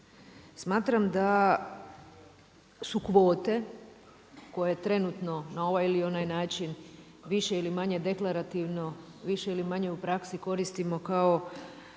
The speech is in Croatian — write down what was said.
smatram da su kvote koje trenutno na ovaj ili onaj način više ili manje deklarativno, više ili manje u praksi koristimo kao